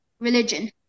religion